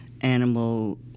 animal